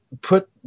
put